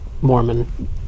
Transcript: Mormon